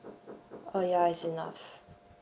uh ya it's enough